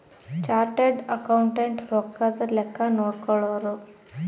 chartered accountant ರೊಕ್ಕದ್ ಲೆಕ್ಕ ನೋಡ್ಕೊಳೋರು